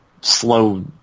slow